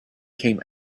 came